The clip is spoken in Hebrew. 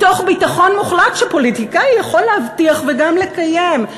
מתוך ביטחון מוחלט שפוליטיקאי יכול להבטיח וגם לקיים,